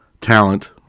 talent